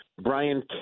Brian